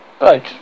Right